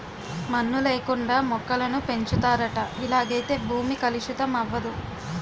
మన్ను లేకుండా మొక్కలను పెంచుతారట ఇలాగైతే భూమి కలుషితం అవదు